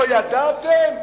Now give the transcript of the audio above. לא ידעתם?